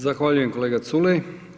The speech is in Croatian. Zahvaljujem kolega Culej.